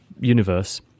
universe